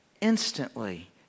instantly